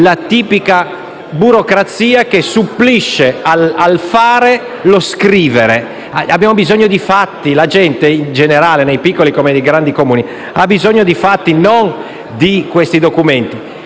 la tipica burocrazia che sostituisce lo scrivere al fare. Abbiamo bisogno di fatti; la gente in generale, nei piccoli come nei grandi Comuni, ha bisogno di fatti e non di documenti.